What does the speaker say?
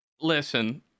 Listen